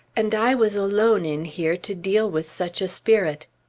and i was alone in here to deal with such a spirit!